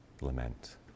lament